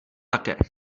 také